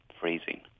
freezing